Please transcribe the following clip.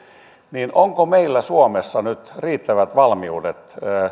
onko meillä suomessa nyt riittävät valmiudet